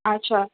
अच्छा